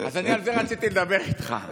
אז על זה רציתי לדבר איתך.